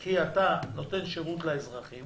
כי אתה נותן שירות לאזרחים